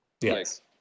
Yes